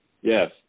Yes